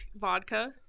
vodka